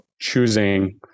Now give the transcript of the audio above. choosing